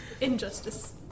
Injustice